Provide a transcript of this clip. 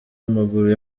w’amaguru